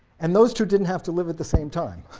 and those two didn't have to live at the same time.